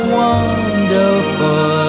wonderful